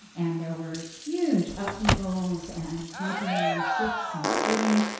and there were huge upheavals, and continental shifts, and splitting,